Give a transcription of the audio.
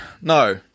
No